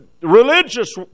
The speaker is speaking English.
religious